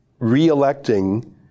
reelecting